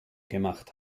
gemacht